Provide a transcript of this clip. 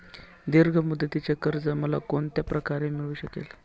दीर्घ मुदतीचे कर्ज मला कोणत्या प्रकारे मिळू शकेल?